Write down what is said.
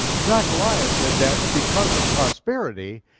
zechariah said that because of prosperity,